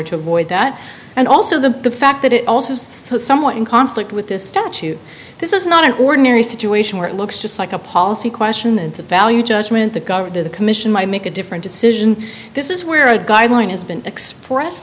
to avoid that and also the fact that it also so somewhat in conflict with this statute this is not an ordinary situation where it looks just like a policy question it's a value judgment the governor the commission might make a different decision this is where a guideline has been express